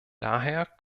daher